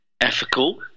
ethical